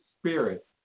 spirit